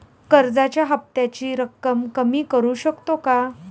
कर्जाच्या हफ्त्याची रक्कम कमी करू शकतो का?